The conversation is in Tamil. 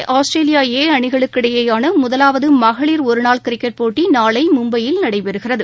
இந்தியா ஏ ஆஸ்திரேலியா ஏ அணிகளுக்கு இடையேயான முதலாவது மகளிர் ஒருநாள் கிரிக்கெட் போட்டி நாளை மும்பையில் நடைபெறுகிறது